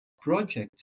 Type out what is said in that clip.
project